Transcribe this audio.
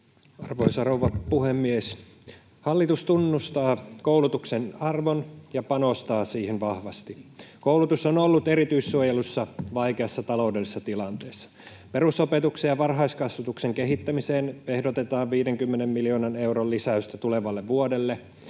Arvoisa rouva puhemies! Hallitus tunnustaa koulutuksen arvon ja panostaa siihen vahvasti. Koulutus on ollut erityissuojelussa vaikeassa taloudellisessa tilanteessa. Perusopetuksen ja varhaiskasvatuksen kehittämiseen ehdotetaan 50 miljoonan euron lisäystä tulevalle vuodelle